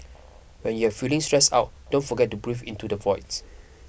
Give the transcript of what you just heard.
when you are feeling stressed out don't forget to breathe into the void